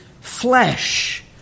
flesh